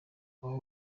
aha